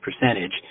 percentage